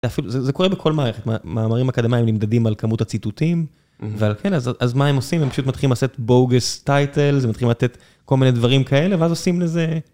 זה קורה בכל מערכת, מאמרים אקדמיים נמדדים על כמות הציטוטים, ועל כאלה, אז מה הם עושים, הם פשוט מתחילים לעשות bogus title, מתחילים לתת כל מיני דברים כאלה, ואז עושים לזה.